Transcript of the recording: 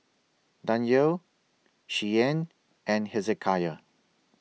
Danyel Shianne and Hezekiah